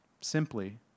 simply